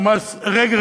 שהוא מס רגרסיבי,